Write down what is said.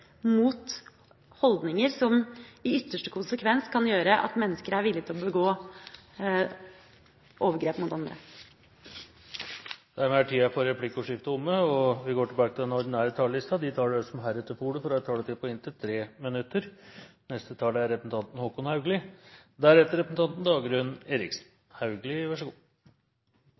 mot holdninger som i ytterste konsekvens kan gjøre at mennesker er villig til å begå overgrep mot andre. Replikkordskiftet er omme. De talere som heretter får ordet, har en taletid på inntil 3 minutter. Det er